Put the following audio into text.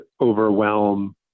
overwhelm